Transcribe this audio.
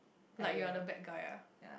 like you are the bad guy ah